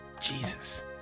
Jesus